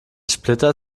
splitter